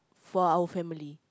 for our family